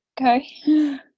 Okay